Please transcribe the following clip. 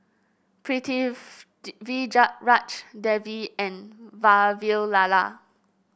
Devi and Vavilala